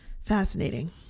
Fascinating